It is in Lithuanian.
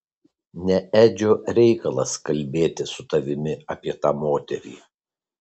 ne edžio reikalas kalbėti su tavimi apie tą moterį